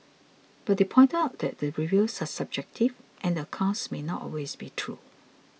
but they pointed out that the reviews are subjective and the accounts may not always be true